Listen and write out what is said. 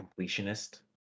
completionist